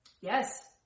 yes